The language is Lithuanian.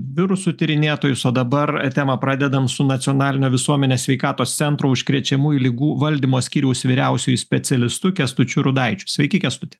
virusų tyrinėtojus o dabar temą pradedam su nacionalinio visuomenės sveikatos centro užkrečiamųjų ligų valdymo skyriaus vyriausiuoju specialistu kęstučiu rudaičiu sveiki kęstuti